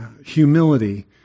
humility